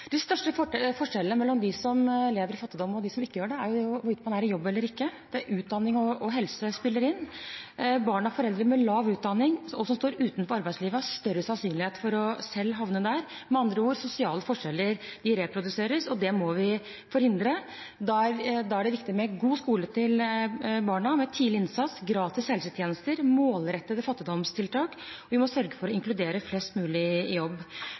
mellom dem som lever i fattigdom, og dem som ikke gjør det, er hvorvidt man er i jobb eller ikke. Utdanning og helse spiller inn. Barn av foreldre som har lav utdanning og som står utenfor arbeidslivet, har større sannsynlighet for selv å havne der. Med andre ord: Sosiale forskjeller reproduseres, og det må vi forhindre. Da er det viktig med god skole til barna, tidlig innsats, gratis helsetjenester og målrettede fattigdomstiltak, og vi må sørge for å inkludere flest mulig i jobb.